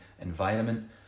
environment